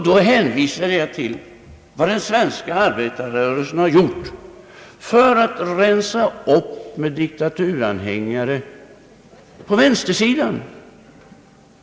Jag hänvisade till vad den svenska arbetarrörelsen har gjort för att rensa upp med diktaturanhängare på vänstersidan.